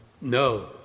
No